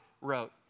wrote